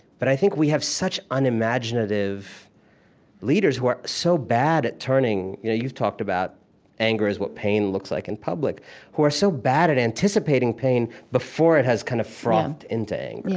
but i think we have such unimaginative leaders who are so bad at turning you know you've talked about anger is what pain looks like in public who are so bad at anticipating pain before it has kind of frothed into anger